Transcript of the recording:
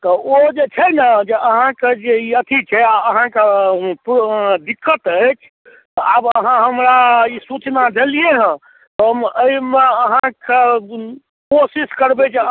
तऽ ओ जे छै ने जे अहाँके जे ई अथी छै आ अहाँके पू दिक्कत अछि तऽ आब अहाँ हमरा ई सूचना देलियै हेँ हम एहिमे अहाँकेँ कोशिश करबै जे